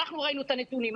אנחנו ראינו את הנתונים.